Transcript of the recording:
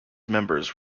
members